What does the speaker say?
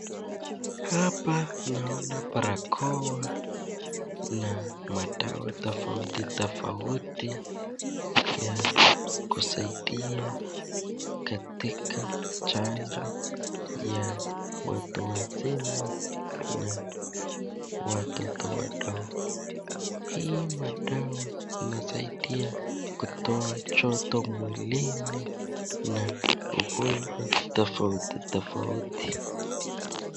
Hapa naona barakoa na madawa tofauti tofauti ya kusaidia katika chanjo ya watu wazima na watoto wadogo. Hii madawa inasaidia kutoa kutoa joto mwilini na magonjwa tofauti tofauti.